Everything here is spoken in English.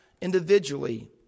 individually